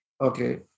Okay